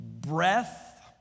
breath